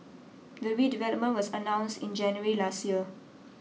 the redevelopment was announced in January last year